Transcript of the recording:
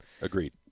Agreed